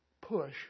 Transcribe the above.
push